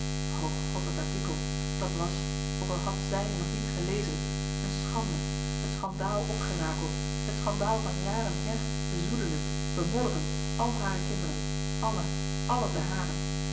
o god het artikel dat was ook al had z i j nog niets gelezen een schande het schandaal opgerakeld het schandaal van jaren her bezoedelend bemodderend al hare kinderen alle alle de haren